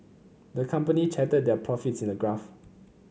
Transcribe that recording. the company charted their profits in a graph